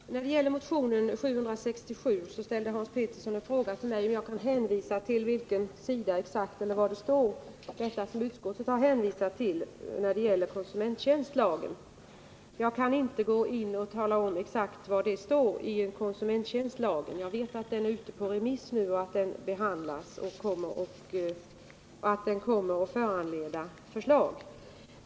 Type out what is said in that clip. Herr talman! Med anledning av motion 767 frågade Hans Pettersson i Helsingborg mig om jag vet var någonstans i konsumenttjänstlagen det står som utskottet hänvisat till. Tyvärr kan jag inte exakt tala om var det står. Jag vet emellertid att lagförslaget f. n. är ute på remiss och att det kommer att läggas fram ett förslag.